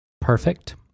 Perfect